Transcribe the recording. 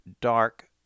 dark